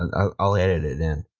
and i'll edit it in.